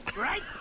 right